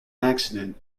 accident